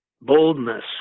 boldness